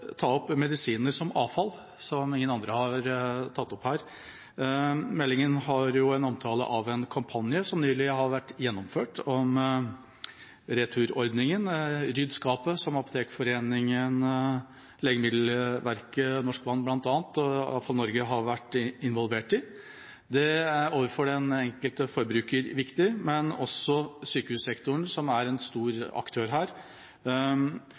ta opp dette med medisiner som avfall, som ingen andre har tatt opp her. Meldingen har en omtale av en kampanje som nylig har vært gjennomført, returordningen «Rydd skapet» som bl.a. Apotekforeningen, Legemiddelverket og Norsk Vann har vært involvert i. Det er viktig for den enkelte forbruker, men også for sykehussektoren, som er en stor aktør her.